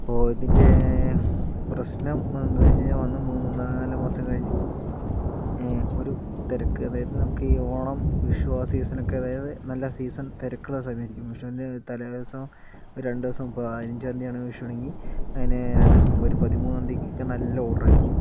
ഇപ്പോൾ ഇതിൻ്റെ പ്രശ്നം വന്നതെന്ന് വെച്ചു കഴിഞ്ഞാൽ വന്ന് മൂന്നാല് മാസം കഴിഞ്ഞ് ഒരു തിരക്ക് അതായത് നമുക്കീ ഓണം വിഷു ആ സീസണൊക്കെ അതായത് നല്ല സീസൺ തിരക്കുള്ള സമയമായിരിക്കും വിഷുവിൻ്റെ തലേദിവസം രണ്ടുദിവസം മുമ്പ് പതിനഞ്ചാന്തിയാണ് വിഷുവെങ്കിൽ അതിന് രണ്ടുദിവസം മുമ്പ് ഒരു പതിമൂന്നാം തീയതിക്കൊക്കെ നല്ല ഓർഡറായിരിക്കും